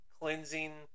cleansing